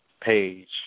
Page